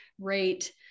rate